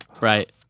Right